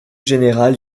générale